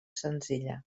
senzilla